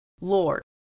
Lord